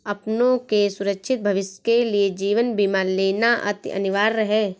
अपनों के सुरक्षित भविष्य के लिए जीवन बीमा लेना अति अनिवार्य है